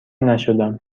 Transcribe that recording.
نشدم